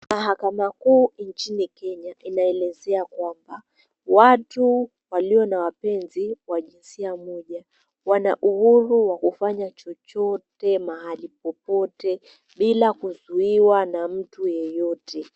Mahakama Kuu nchini Kenya inaelezea kwamba, watu walio na wapenzi wa jinsia moja, wana uwezo wa kufanya chochote mahali popote, bila kuzuiwa na mtu yeyote.